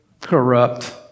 corrupt